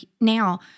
now